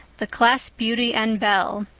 the class beauty and belle.